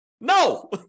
No